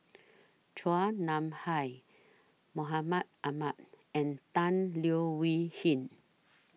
Chua Nam Hai Mahmud Ahmad and Tan Leo Wee Hin